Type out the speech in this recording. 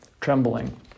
trembling